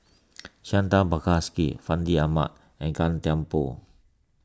Santha Bhaskar Fandi Ahmad and Gan Thiam Poh